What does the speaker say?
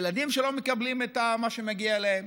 ילדים שלא מקבלים את מה שמגיע להם